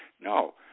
No